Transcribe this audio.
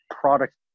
product